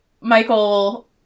Michael